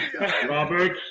Robert